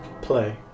Play